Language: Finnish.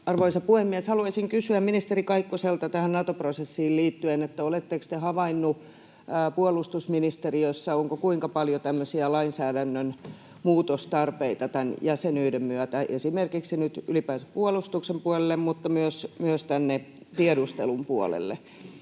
Arvoisa puhemies! Haluaisin kysyä ministeri Kaikkoselta tähän Nato-prosessiin liittyen: oletteko te havainneet puolustusministeriössä, kuinka paljon on tämmöisiä lainsäädännön muutostarpeita tämän jäsenyyden myötä, esimerkiksi nyt ylipäänsä puolustuksen puolelle, mutta myös tänne tiedustelun puolelle?